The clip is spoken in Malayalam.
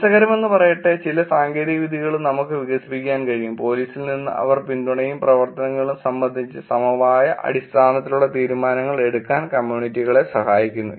രസകരമെന്നു പറയട്ടെ ചില സാങ്കേതികവിദ്യകളും നമുക്ക് വികസിപ്പിക്കാൻ കഴിയും പോലീസിൽ നിന്ന് അവർ പിന്തുണയും പ്രവർത്തനങ്ങളും സംബ ന്ധിച്ച് സമവായ അടിസ്ഥാനത്തിലുള്ള തീരുമാനങ്ങൾ എടുക്കാൻ കമ്മ്യൂണിറ്റികളെ സഹായിക്കുന്നു